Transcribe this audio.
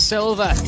Silva